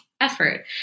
effort